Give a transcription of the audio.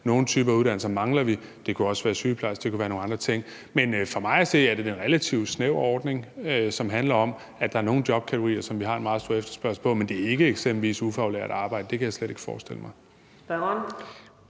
nogle typer uddannede. Det kunne være sygeplejersker, og det kunne også være nogle andre ting. Men for mig at se er det en relativt snæver ordning, som handler om, at der er nogle jobkategorier, som vi har en meget stor efterspørgsel på. Men det er ikke eksempelvis ufaglært arbejde. Det kan jeg slet ikke forestille mig.